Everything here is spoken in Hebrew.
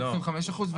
25%?